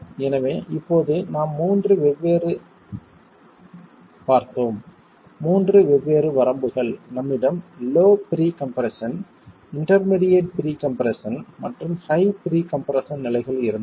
எனவே இப்போது நாம் மூன்று வெவ்வேறு பார்த்தோம் மூன்று வெவ்வேறு வரம்புகள் நம்மிடம் low pre compression intermediate pre compression மற்றும் ஹை ப்ரீ கம்ப்ரெஸ்ஸன் நிலைகள் இருந்தன